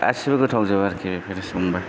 गासिबो गोथावजोब आरोखि बेफोरो सङोब्ला